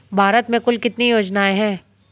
भारत में कुल कितनी योजनाएं हैं?